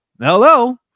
hello